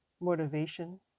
motivation